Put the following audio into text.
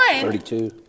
Thirty-two